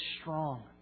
strong